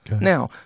Now